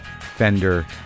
Fender